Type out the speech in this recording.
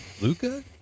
Luca